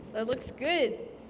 but looks good.